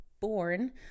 born